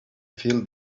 feel